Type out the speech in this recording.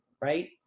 right